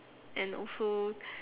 and also